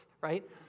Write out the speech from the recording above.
right